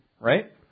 right